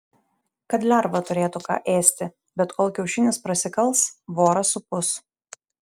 kad lerva turėtų ką ėsti bet kol kiaušinis prasikals voras supus